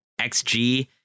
XG